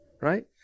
right